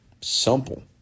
simple